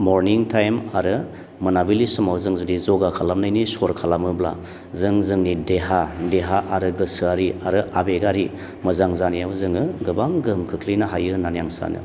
मरनिं टाइम आरो मोनाबिलि समाव जों जुदि ज'गा खालामनायनि सर' खालामोब्ला जों जोंनि देहा आरो गोसोआरि आरो आबेगारि मोजां जानायाव जोङो गोबां गोहोम खोख्लैनो हायो होननानै आं सानो